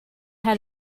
had